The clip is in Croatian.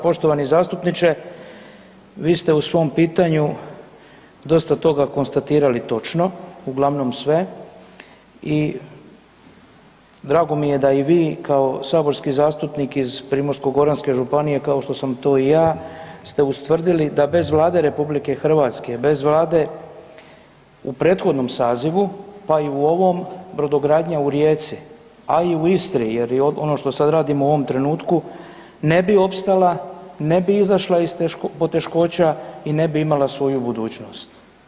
Poštovani zastupniče, vi ste u svom pitanju dosta toga konstatirali točno, uglavnom sve i drago mi je da i vi kao saborski zastupnik iz Primorsko-goranske županije kao što sam to i ja ste ustvrdili da bez Vlade RH, bez vlade u prethodnom sazivu, pa i u ovom, brodogradnja u Rijeci a i u Istri jer je ono što sad radimo u ovom trenutku, ne bi opstala, ne bi izašla iz poteškoća i ne bi imala svoju budućnost.